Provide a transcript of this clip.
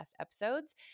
episodes